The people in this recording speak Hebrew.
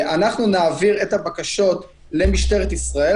אנחנו נעביר את הבקשות למשטרת ישראל,